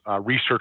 research